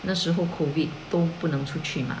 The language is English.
那时候 COVID 都不能出去吗